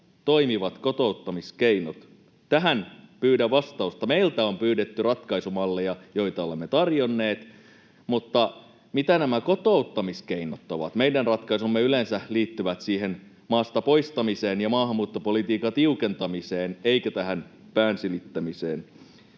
toimivat kotouttamiskeinot? Tähän pyydän vastausta. Meiltä on pyydetty ratkaisumalleja, joita olemme tarjonneet, mutta mitä nämä kotouttamiskeinot ovat? Meidän ratkaisumme yleensä liittyvät maasta poistamiseen ja maahanmuuttopolitiikan tiukentamiseen eivätkä tähän pään silittämiseen.